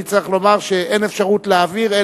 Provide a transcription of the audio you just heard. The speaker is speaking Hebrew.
אני צריך לומר שאין אפשרות להעביר,